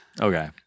Okay